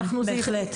בהחלט.